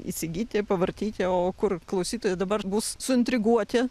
įsigyti pavartyti o kur klausytojai dabar bus suintriguoti